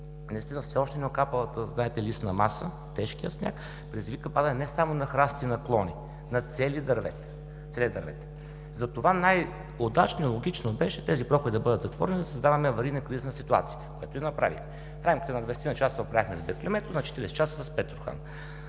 че поради все още неокапалата листна маса, тежкият сняг предизвика падане не само на храсти и на клони, а на цели дървета. Затова най-удачно и логично беше тези проходи да бъдат затворени, за да не създаваме аварийна кризисна ситуация, което и направихме. В рамките на двадесетина часа се оправихме с Беклемето, на 40 часа – с Петрохан.